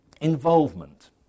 involvement